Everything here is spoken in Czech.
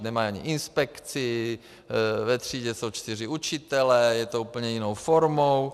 Nemají ani inspekci, ve třídě jsou čtyři učitelé, je to úplně jinou formou.